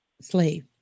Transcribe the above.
slave